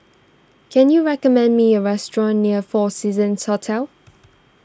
can you recommend me a restaurant near four Seasons Hotel